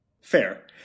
Fair